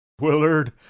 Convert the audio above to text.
Willard